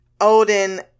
Odin